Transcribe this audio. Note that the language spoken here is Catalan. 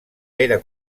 era